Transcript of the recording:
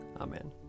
amen